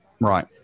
Right